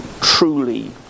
truly